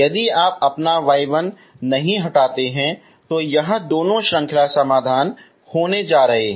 यदि आप अपना y1 नहीं हटाते हैं तो यह दोनों श्रृंखला समाधान होने जा रहे हैं